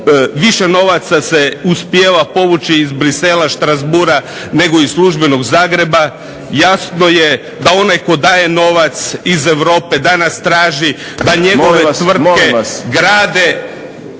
više novaca se uspijeva provući iz Bruxellesa, Strasbourga nego iz službenog Zagreba. Jasno je da onaj koji daje novac iz Europe danas traži da njegove tvrtke.